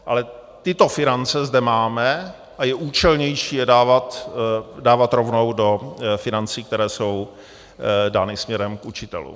Ale tyto finance zde máme a je účelnější je dávat rovnou do financí, které jsou dány směrem k učitelům.